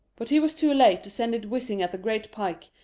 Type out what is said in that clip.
but he was too late to send it whizzing at the great pike,